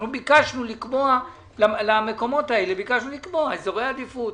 ביקשנו לקבוע למקומות האלה אזורי עדיפות,